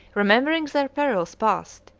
remembering their perils past,